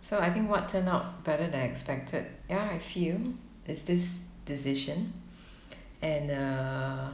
so I think what turned out better than expected ya I feel is this decision and uh